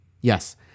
yes